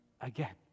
again